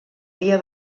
dia